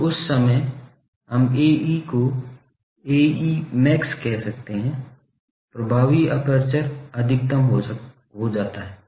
तो उस समय हम Ae को Ae max कह सकते हैं प्रभावी एपर्चर अधिकतम हो हो जाता है